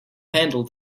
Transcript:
handle